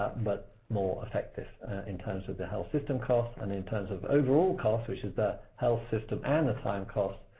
but more effective in terms of the health system costs and in terms of overall costs, which is the health system and the time costs,